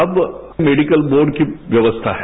अब medical board की व्यवस्था है